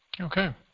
Okay